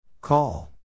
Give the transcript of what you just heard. Call